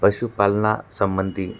पशुपालनासंबंधी